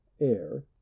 air